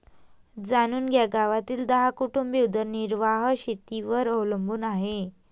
जाणून घ्या गावातील दहा कुटुंबे उदरनिर्वाह शेतीवर अवलंबून आहे